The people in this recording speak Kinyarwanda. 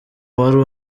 wari